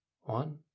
one